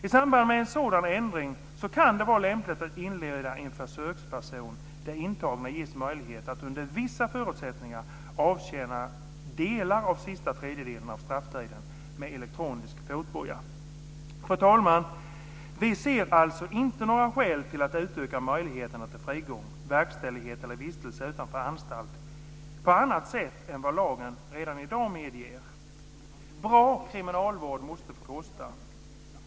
I samband med en sådan ändring kan det vara lämpligt att inleda en försöksperiod då intagna ges möjlighet att under vissa förutsättningar avtjäna delar av den sista tredjedelen av strafftiden med elektronisk fotboja. Fru talman! Vi ser alltså inte några skäl till att utöka möjligheterna till frigång, verkställighet eller vistelse utanför anstalt på annat sätt än vad lagen redan i dag medger. Bra kriminalvård måste få kosta.